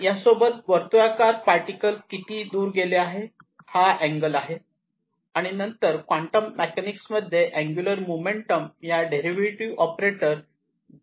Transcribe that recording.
यासोबत वर्तुळावर पार्टिकल किती दूर गेले आहे तो अँगल आहे आणि नंतर क्वांटम मेकॅनिक्स मध्ये अँगुलर मोमेंटम हे डेरिव्हेटिव्ह ऑपरेटर आहे